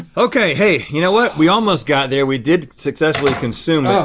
okay hey, you know what, we almost got there. we did successfully consume it. oh